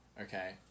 Okay